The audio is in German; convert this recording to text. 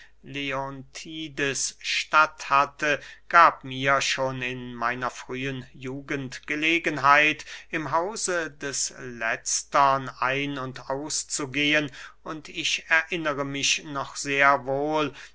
leontides statt hatte gab mir schon in meiner frühen jugend gelegenheit im hause des letztern ein und auszugehen und ich erinnere mich noch sehr wohl